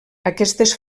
aquestes